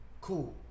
cool